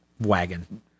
wagon